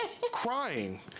crying